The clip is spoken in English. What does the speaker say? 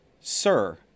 sir